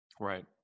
Right